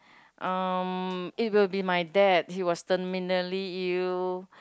um it will be my dad he was terminally ill